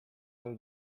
dal